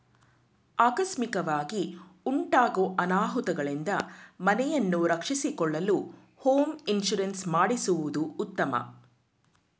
ಆಕಸ್ಮಿಕವಾಗಿ ಉಂಟಾಗೂ ಅನಾಹುತಗಳಿಂದ ಮನೆಯನ್ನು ರಕ್ಷಿಸಿಕೊಳ್ಳಲು ಹೋಮ್ ಇನ್ಸೂರೆನ್ಸ್ ಮಾಡಿಸುವುದು ಉತ್ತಮ